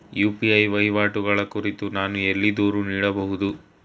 UPI ವಹಿವಾಟುಗಳ ಕುರಿತು ನಾನು ಎಲ್ಲಿ ದೂರು ನೀಡಬಹುದು?